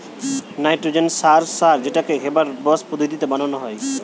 nitrogen সার সার যেটাকে হেবার বস পদ্ধতিতে বানানা হয়